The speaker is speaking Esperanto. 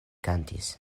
kantis